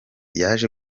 yaje